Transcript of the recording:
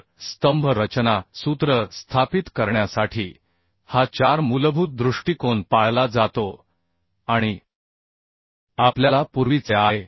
तर स्तंभ रचना सूत्र स्थापित करण्यासाठी हा चार मूलभूत दृष्टीकोन पाळला जातो आणि आपल्याला पूर्वीचे आय